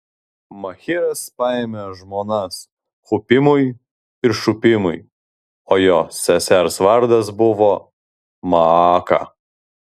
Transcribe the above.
machyras paėmė žmonas hupimui ir šupimui o jo sesers vardas buvo maaka